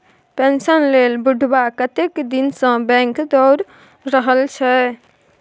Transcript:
pension लेल बुढ़बा कतेक दिनसँ बैंक दौर रहल छै